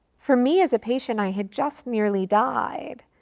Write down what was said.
for me as a patient, i had just nearly died.